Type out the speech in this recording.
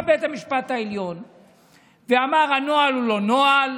בא בית המשפט העליון ואמר: הנוהל הוא לא נוהל,